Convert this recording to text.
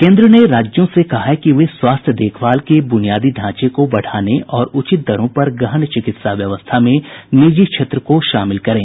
केंद्र ने राज्यों से कहा है कि वे स्वास्थ्य देखभाल के बूनियादी ढांचे को बढ़ाने और उचित दरों पर गहन चिकित्सा व्यवस्था में निजी क्षेत्र को शामिल करें